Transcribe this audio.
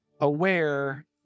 aware